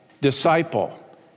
disciple